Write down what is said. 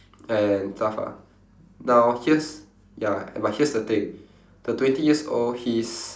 and stuff ah now here's ya but here's the thing the twenty years old he's